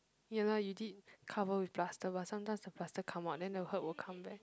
ya lah you did cover with plaster but sometimes the plaster come out then the hurt will come back